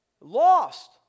Lost